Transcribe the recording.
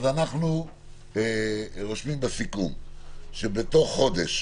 אז אנחנו רושמים בסיכום שבתוך חודש